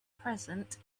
present